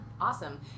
Awesome